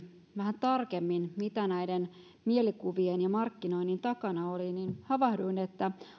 vähän tarkemmin siihen mitä näiden mielikuvien ja markkinoinnin takana oli niin havahduin siihen että